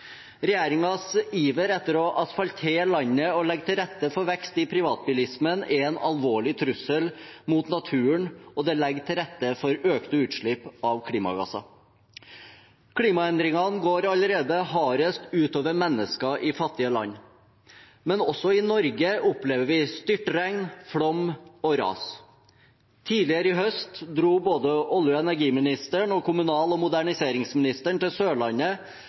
iver etter å asfaltere landet og legge til rette for vekst i privatbilismen er en alvorlig trussel mot naturen, og det legger til rette for økte utslipp av klimagasser. Klimaendringene går allerede hardest ut over mennesker i fattige land, men også i Norge opplever vi styrtregn, flom og ras. Tidligere i høst dro både olje- og energiministeren og kommunal- og moderniseringsministeren til Sørlandet